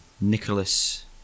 Nicholas